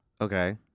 Okay